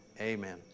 amen